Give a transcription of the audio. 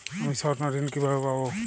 আমি স্বর্ণঋণ কিভাবে পাবো?